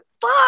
fuck